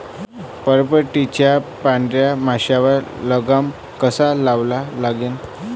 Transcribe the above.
पराटीवरच्या पांढऱ्या माशीवर लगाम कसा लावा लागन?